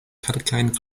kelkajn